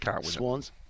swans